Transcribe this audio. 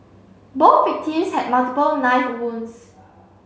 both victims had multiple knife wounds